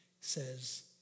says